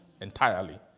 entirely